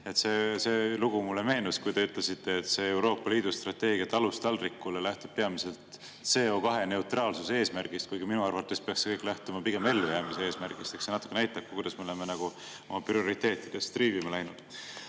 meenus see lugu, kui te ütlesite, et Euroopa Liidu strateegia "Talust taldrikule" lähtub peamiselt CO2-neutraalsuse eesmärgist, kuigi minu arvates peaks see lähtuma pigem ellujäämise eesmärgist. Eks see natuke näitab, kuidas me oleme oma prioriteetidega triivima läinud. Aga